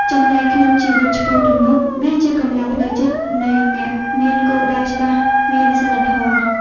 ចំណែកក្នុងជីវិតឆ្ពោះទៅមុខ វាជាកម្លាំងផ្លូវចិត្តនៃអ្នកមានគោលដៅច្បាស់ មានសីលធម៌។